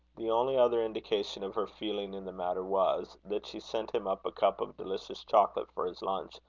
the only other indication of her feeling in the matter was, that she sent him up a cup of delicious chocolate for his lunch,